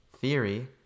theory